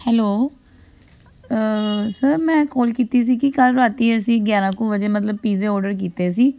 hello sir ਮੈਂ call ਕੀਤੀ ਸੀ ਕਿ ਕੱਲ੍ਹ ਰਾਤ ਅਸੀਂ ਗਿਆਰਾਂ ਕੁ ਵਜੇ ਮਤਲਬ ਪੀਜ਼ੇ ਔਡਰ ਕੀਤੇ ਸੀ